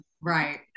Right